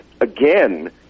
again